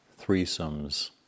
threesomes